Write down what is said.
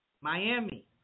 Miami